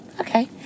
okay